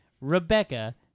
Rebecca